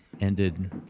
ended